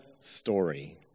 story